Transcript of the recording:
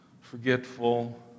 forgetful